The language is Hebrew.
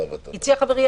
הציע חברי,